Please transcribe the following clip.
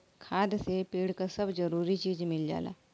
खाद से पेड़ क सब जरूरी चीज मिल जाला